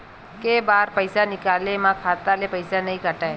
के बार पईसा निकले मा खाता ले पईसा नई काटे?